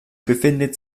befindet